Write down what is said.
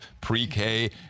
pre-k